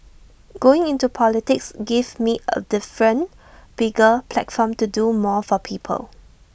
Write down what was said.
going into politics gives me A different bigger platform to do more for people